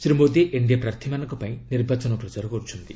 Shri Modi NDA ପ୍ରାର୍ଥୀମାନଙ୍କ ପାଇଁ ନିର୍ବାଚନ ପ୍ରଚାର କରୁଛନ୍ତି